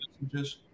messages